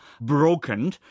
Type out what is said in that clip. broken